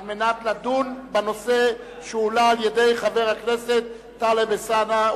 על מנת לדון בנושא שהועלה על-ידי חבר הכנסת טלב אלסאנע,